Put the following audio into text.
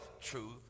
truth